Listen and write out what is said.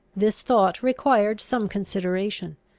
this thought required some consideration.